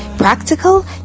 practical